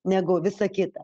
negu visa kita